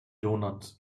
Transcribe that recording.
donuts